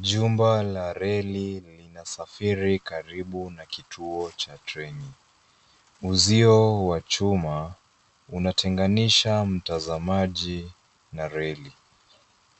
Jumba la reli linasafiri karibu na kituo cha treni. Uzio wa chuma, unatenganisha mtazamaji na reli.